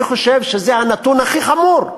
אני חושב שזה הנתון הכי חמור,